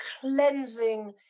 cleansing